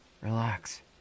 relax